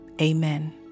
amen